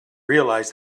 realised